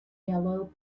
yellow